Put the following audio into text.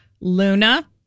Luna